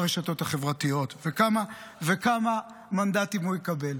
ברשתות החברתיות ובכמה מנדטים הוא יקבל.